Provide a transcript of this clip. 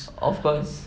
of course